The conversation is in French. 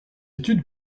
étude